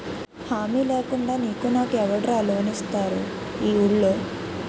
హామీ లేకుండా నీకు నాకు ఎవడురా లోన్ ఇస్తారు ఈ వూళ్ళో?